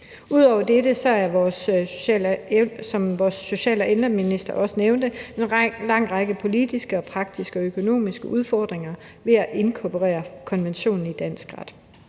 Ud over dette er der, som vores social- og ældreminister også nævnte, en lang række politiske og praktiske og økonomiske udfordringer ved at inkorporere konventionen i dansk ret.